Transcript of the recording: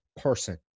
person